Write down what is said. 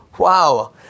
Wow